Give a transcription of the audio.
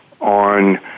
on